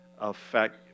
affect